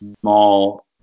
small